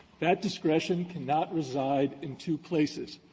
that discretion cannot reside in two places.